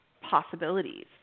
possibilities